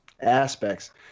aspects